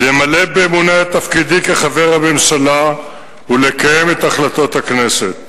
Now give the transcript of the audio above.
למלא באמונה את תפקידי כחבר הממשלה ולקיים את החלטות הכנסת.